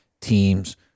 teams